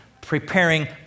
preparing